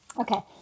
Okay